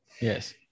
Yes